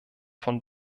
von